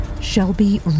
Shelby